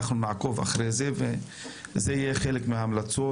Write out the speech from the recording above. אנחנו נעקוב אחרי זה וזה יהיה חלק מההמלצות